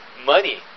money